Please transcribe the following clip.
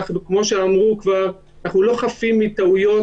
כמו שאמרו כבר, אנחנו לא חפים מטעויות